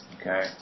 Okay